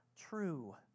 true